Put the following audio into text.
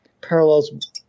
parallels